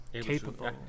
capable